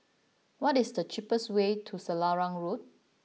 what is the cheapest way to Selarang Road